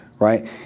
Right